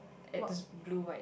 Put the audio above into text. at this blue white